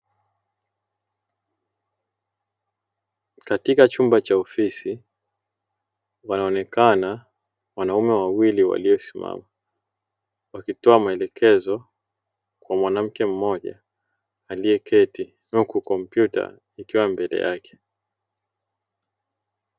Katika chumba cha ofisi wanaonekana wanaume wawili waliosimama, wakitoa maelekezo kwa mwanamke mmoja aliyeketi, huku kompyuta ikiwa mbele yake.